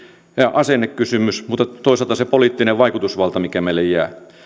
asennekysymys mutta toisaalta kysymys siitä poliittisesta vaikutusvallasta mikä meille jää